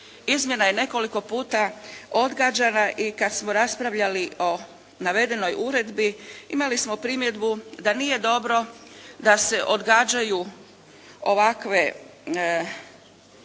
izmjena je nekoliko puta odgađana i kad smo raspravljali o navedenoj uredbi imali smo primjedbu da nije dobro da se odgađaju ovakve,